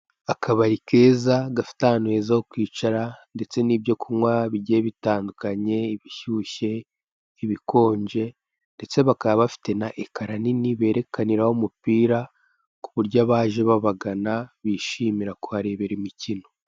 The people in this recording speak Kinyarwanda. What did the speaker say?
Akabari keza gafite ahantu heza ho kwicara ndetse n'ibyo kunywa bigiye bitandukanye ibishyushye, ibikonje ndetse bakaba bafite na ekara nini berekaniraho umupira ku buryo abaje babagana bishimira kuharebera imikino.